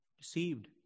Deceived